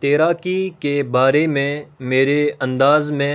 تیراکی کے بارے میں میرے انداز میں